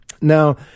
Now